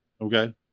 Okay